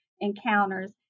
encounters